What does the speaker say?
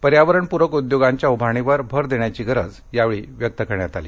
पर्यावरणप्रक उद्योगांच्या उभारणीवर भर देण्याची गरज यावेळी व्यक्त करण्यात आली